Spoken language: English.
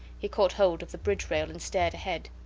he caught hold of the bridge-rail and stared ahead.